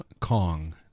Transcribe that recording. kong